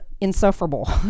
insufferable